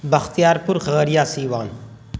بختیار پور کھگریا سیوان